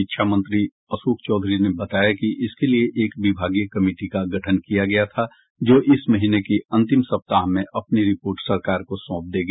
शिक्षा मंत्री अशोक चौधरी ने बताया कि इसके लिए एक विभागीय कमिटी का गठन किया गया था जो इस महीने की अंतिम सप्ताह में अपनी रिपोर्ट सरकार को सौंप देगी